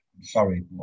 sorry